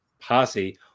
posse